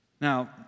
Now